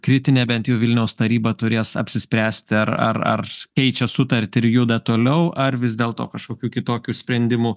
kritinė bent jau vilniaus taryba turės apsispręsti ar ar ar keičia sutartį ir juda toliau ar vis dėlto kažkokių kitokių sprendimų